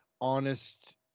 honest